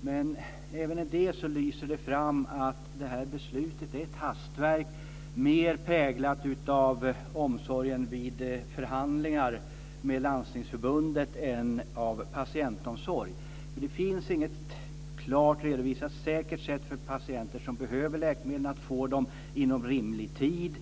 Men även i detta lyser det igenom att det här beslutet är ett hastverk mer präglat av omsorgen vid förhandlingar med Landstingsförbundet än av patientomsorg. Det finns inget klart redovisat säkert sätt för patienter som behöver läkemedlen att få dem inom rimlig tid.